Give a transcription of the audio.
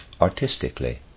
artistically